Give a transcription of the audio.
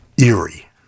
Eerie